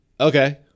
Okay